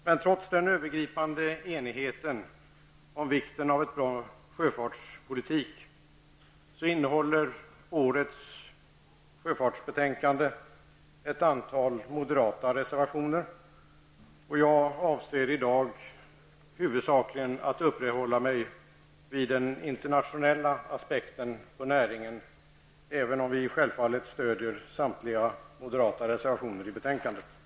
Men trots den övergripande enigheten om vikten av att vi har en bra sjöfartspolitik innehåller årets sjöfartsbetänkande ett antal moderata reservationer. Jag avser att i dag huvudsakligen uppehålla mig vid den internationella aspekten på näringen, även om självfallet samtliga moderata reservationer i betänkandet stödjes.